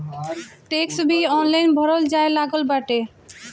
tax भी online भरल जाए लागल बाटे